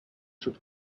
should